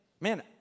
man